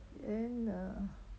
and er